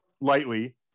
lightly